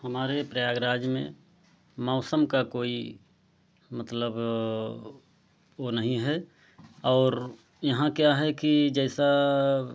हमारे प्रयागराज में मौसम का कोई मतलब वह नहीं है और यहाँ क्या है कि जैसा